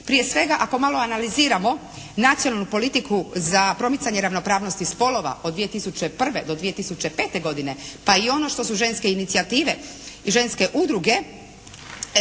Prije svega ako malo analiziramo nacionalnu politiku za promicanje ravnopravnosti spolova od 2001. do 2005. godine, pa i ono što su ženske inicijative i ženske udruge